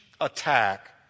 attack